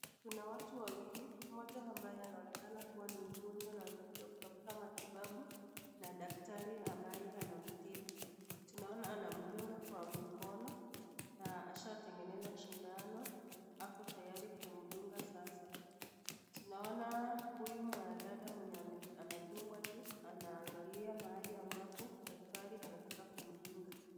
Kuna watu wawili mmoja ambaye anaonekana kuwa ni mgonjwa na amekuja kutaputa matibabu na daktari ambaye anamtibu, tunaona anamtunga Kwa mkono na ashatengeneza sindano ako tayari kumdunga sasa , tunaona huyu mwanadada anatungwa ndio anaangalia mahali ambapo daktari anataka kumdunga.